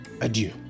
adieu